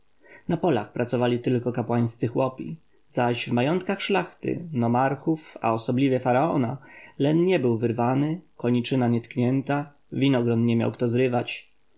na polach pracowali tylko kapłańscy chłopi zaś w majątkach szlachty nomarchów a osobliwie faraona len nie był wyrwany koniczyna nietknięta winogron nie miał kto zrywać